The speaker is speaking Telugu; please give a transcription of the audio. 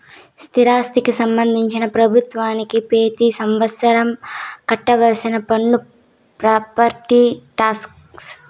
స్థిరాస్తికి సంబంధించి ప్రభుత్వానికి పెతి సంవత్సరం కట్టాల్సిన పన్ను ప్రాపర్టీ టాక్స్